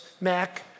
Mac